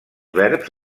verbs